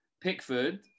Pickford